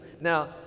Now